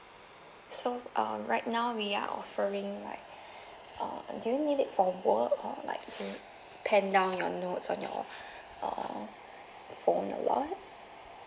so um right now we are offering like uh do you need it for work or like pen down your notes on your uh phone or what